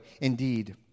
indeed